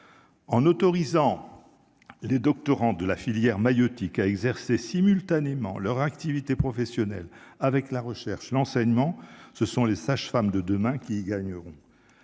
en autorisant les doctorants, de la filière maïeutique à exercer simultanément leur activité professionnelle avec la recherche, l'enseignement, ce sont les sages-femmes de demain qui gagneront